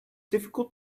difficult